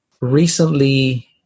recently